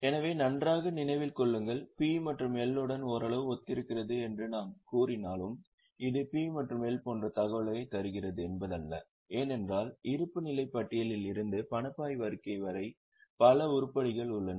எனவே நன்றாக நினைவில் கொள்ளுங்கள் P மற்றும் L உடன் ஓரளவு ஒத்திருக்கிறது என்று நான் கூறினாலும் இது P மற்றும் L போன்ற தகவல்களைத் தருகிறது என்பதல்ல ஏனென்றால் இருப்புநிலைப் பட்டியலில் இருந்து பணப்பாய்வு அறிக்கை வரை பல உருப்படிகள் உள்ளன